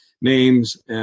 names